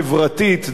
דרך אגב,